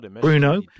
Bruno